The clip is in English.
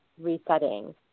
resetting